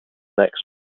next